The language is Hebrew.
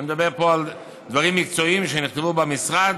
אני מדבר פה על דברים מקצועיים שנכתבו במשרד,